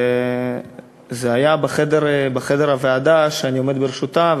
וזה היה בחדר הוועדה שאני עומד בראשותה,